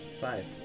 Five